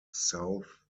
south